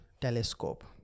telescope